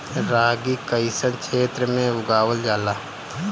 रागी कइसन क्षेत्र में उगावल जला?